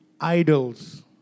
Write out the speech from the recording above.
idols